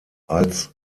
als